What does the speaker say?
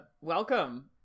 Welcome